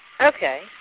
Okay